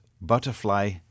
butterfly